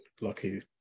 lucky